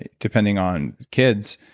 and depending on kids,